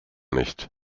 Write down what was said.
nicht